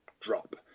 drop